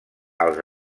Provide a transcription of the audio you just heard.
als